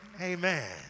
Amen